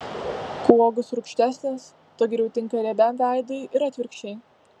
kuo uogos rūgštesnės tuo geriau tinka riebiam veidui ir atvirkščiai